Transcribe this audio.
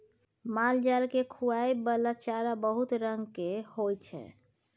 मालजाल केँ खुआबइ बला चारा बहुत रंग केर होइ छै